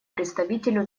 представителю